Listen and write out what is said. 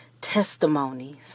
testimonies